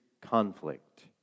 conflict